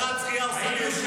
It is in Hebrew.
מה בריכת שחייה עושה,